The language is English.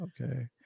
okay